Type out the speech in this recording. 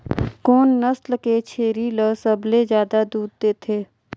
कोन नस्ल के छेरी ल सबले ज्यादा दूध देथे?